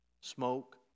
Smoke